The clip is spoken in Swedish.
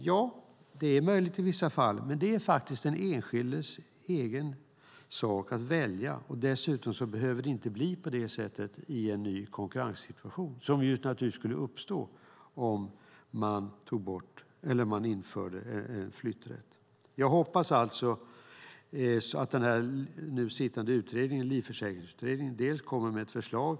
Ja, det är möjligt i vissa fall. Men det är faktiskt den enskildes egen sak att välja. Dessutom behöver det inte bli på det sättet i en ny konkurrenssituation, som naturligtvis skulle uppstå om man införde en flytträtt. Jag hoppas alltså att den nu sittande Livförsäkringsutredningen kommer med ett förslag.